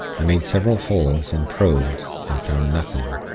i made several holes, and probed, and found nothing.